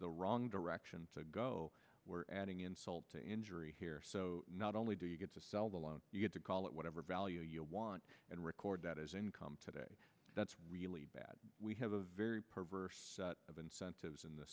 the wrong direction to go where adding insult to injury here not only do you get to sell the loan you get to call it whatever value you want and record that as income today that's really bad we have a very perverse incentives in the